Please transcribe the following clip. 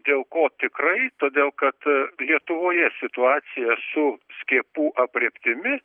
dėl ko tikrai todėl kad lietuvoje situacija su skiepų aprėptimi